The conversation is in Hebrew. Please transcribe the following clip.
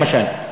למשל.